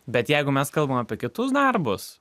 bet jeigu mes kalbam apie kitus darbus